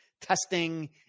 testing